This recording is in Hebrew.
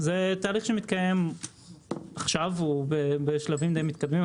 זה תהליך שנמצא בשלבים מתקדמים.